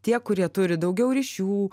tie kurie turi daugiau ryšių